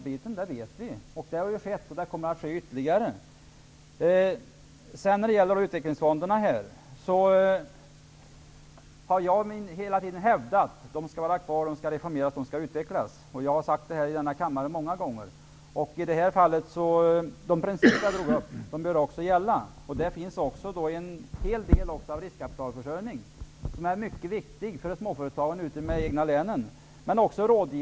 Det har de fått, och här kommer det att vidtas ytterligare åtgärder. Jag har hela tiden hävdat att utvecklingsfonderna skall vara kvar, reformeras och utvecklas. Det har jag många gånger sagt i denna kammare. De principer jag drog upp i det här fallet bör också gälla. Här finns en stor del av riskkapitalförsörjningen, som är mycket viktig för småföretagen i de olika länen.